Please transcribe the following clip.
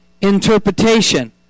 interpretation